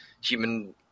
Human